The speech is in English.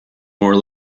more